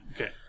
Okay